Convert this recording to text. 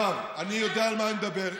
מירב, אני יודע על מה אני מדבר.